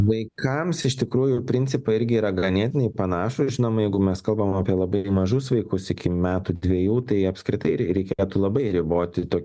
vaikams iš tikrųjų principai irgi yra ganėtinai panašūs žinoma jeigu mes kalbam apie labai mažus vaikus iki metų dviejų tai apskritai rei reikėtų labai riboti tok